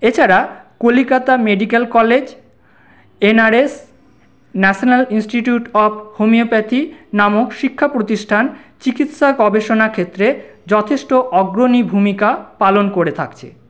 এছাড়া Kolkata medical college NRS national institute of homoeopathy নামক শিক্ষা প্রতিষ্ঠান চিকিৎসা গবেষণা ক্ষেত্রে যথেষ্ট অগ্রণী ভূমিকা পালন করে থাকছে